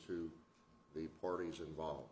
to the parties involved